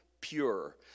pure